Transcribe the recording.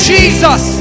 Jesus